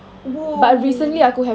!whoa!